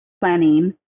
planning